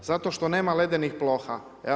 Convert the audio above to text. Zato što nema ledenih ploha.